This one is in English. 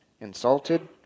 insulted